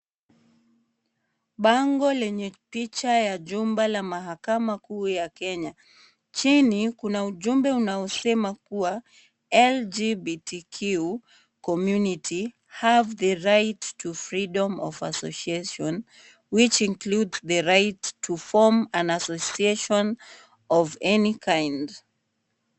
Bango lenye pichaya jumba ya mahakama kuu ya Kenya. Chini kuna ujumbe unaosema kuwa "lgbtq community have the right to freedom of association which includes the right to form an association of any kind" .